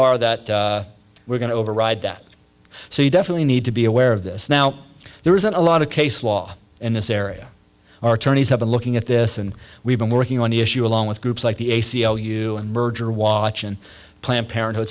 are that we're going to override that so you definitely need to be aware of this now there isn't a lot of case law in this area our attorneys have been looking at this and we've been working on the issue along with groups like the a c l u and merger watch and planned parenthood